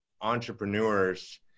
entrepreneurs